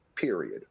period